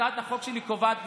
הצעת החוק שלי קובעת במפורש: